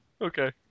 Okay